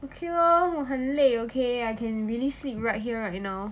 okay lor 我很累 okay I can really sleep right here right now